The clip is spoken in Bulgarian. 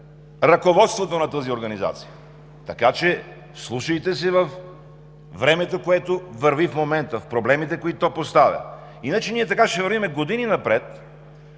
ръководството на тази организация. Вслушайте се във времето, което върви в момента, в проблемите, които то поставя, иначе ние така ще вървим години напред.